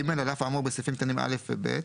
(ג)על אף האמור בסעיפים קטנים (א) ו־(ב),